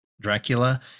Dracula